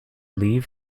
leaf